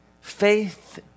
Faith